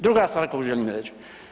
Druga stvar koju želim reći.